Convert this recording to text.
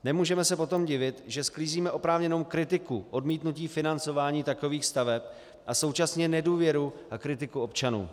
Nemůžeme se potom divit, že sklízíme oprávněnou kritiku odmítnutí financování takových staveb a současně nedůvěru a kritiku občanů.